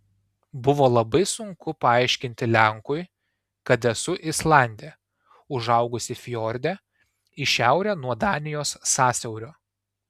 buvo labai sunku paaiškinti lenkui kad esu islandė užaugusi fjorde į šiaurę nuo danijos sąsiaurio